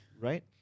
right